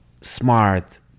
smart